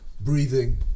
breathing